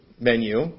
menu